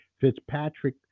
Fitzpatrick